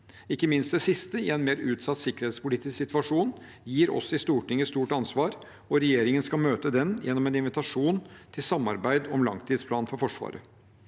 Ikke minst det siste, i en mer utsatt sikkerhetspolitisk situasjon, gir oss i Stortinget et stort ansvar, og regjeringen skal møte dette gjennom en invitasjon til samarbeid om langtidsplanen for Forsvaret.